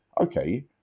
okay